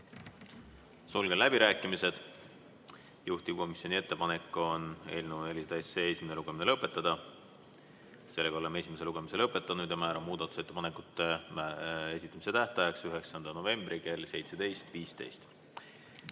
Sulgen läbirääkimised. Juhtivkomisjoni ettepanek on eelnõu 400 esimene lugemine lõpetada. Oleme esimese lugemise lõpetanud. Määran muudatusettepanekute esitamise tähtajaks 9. novembri kell 17.15.